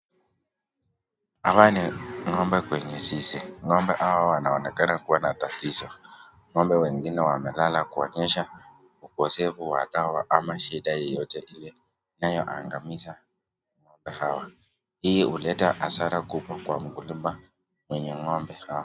Hawa ni ng'ombe kwenye zizi, ng'ombe hawa wanaonekana kuwa wana tatizo. Ng'ombe wengine wamelala kuonyesha ukosefu wa dawa ama shida yoyote ile inayoangamiza ng'ombe hawa. Hii huleta hasara kubwa kwa mkulima mwenye ng'ombe hawa.